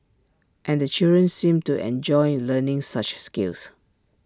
and the children seemed to enjoy learning such skills